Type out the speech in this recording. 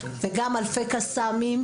וגם אלפי קסאמים,